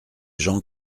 gens